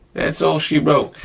that's all she wrote.